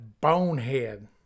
bonehead